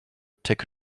take